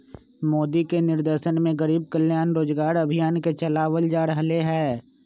मोदी के निर्देशन में गरीब कल्याण रोजगार अभियान के चलावल जा रहले है